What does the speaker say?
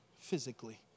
physically